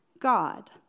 God